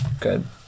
Good